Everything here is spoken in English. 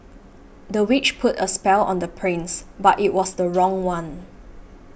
the witch put a spell on the prince but it was the wrong one